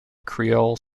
creole